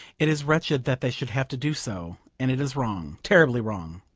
it is wretched that they should have to do so, and it is wrong, terribly wrong,